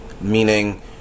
meaning